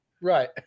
Right